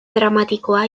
dramatikoa